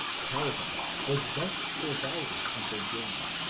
calvin was thus surviving in vir ginia,